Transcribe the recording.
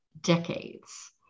decades